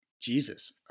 Jesus